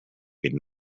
been